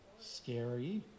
Scary